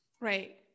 Right